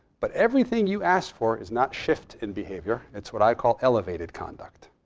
but everything you asked for is not shift in behavior. it's what i call elevated conduct.